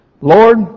Lord